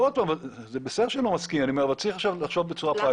זה בסדר שהם לא מסכימים אבל צריך לחשוב בצורה פרקטית.